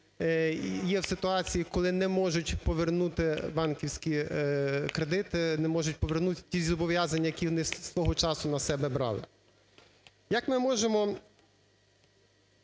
є в ситуації, коли не можуть повернути банківські кредити, не можуть повернуть ті зобов'язання, які вони з того часу на себе брали? Як ми можемо